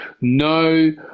No